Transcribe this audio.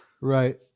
right